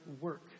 work